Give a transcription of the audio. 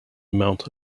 mount